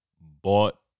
bought